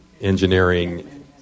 engineering